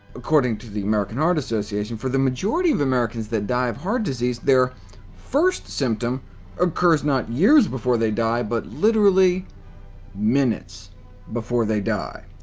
according to the american heart association, for the majority of americans that die of heart disease, their first symptom occurs not years before they die, but literally minutes before they die.